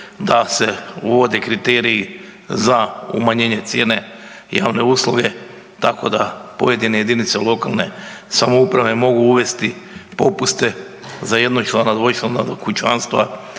da se uvode kriteriji za umanjenje cijene javne usluge tako da pojedine jedinice lokalne samouprave mogu uvesti popuste za jednočlana, dvočlana kućanstva